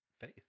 faith